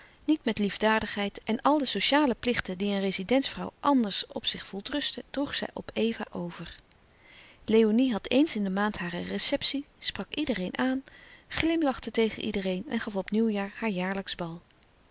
niet met liefdadigheid en al de sociale plichten die een rezidentsvrouw anders op zich voelt rusten droeg zij op eva over léonie had eens in de maand hare receptie sprak iedereen aan glimlachte tegen iedereen en gaf op nieuwjaar haar jaarlijksch bal